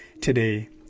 today